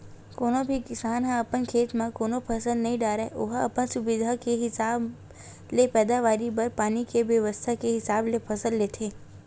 कोनो भी किसान ह अपन खेत म कोनो फसल नइ डारय ओहा अपन सुबिधा के हिसाब ले पैदावारी बर पानी के बेवस्था के हिसाब ले फसल लेथे